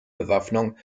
bewaffnung